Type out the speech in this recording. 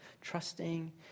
trusting